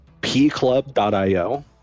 pclub.io